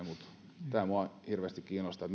mutta tämä minua hirveästi kiinnostaa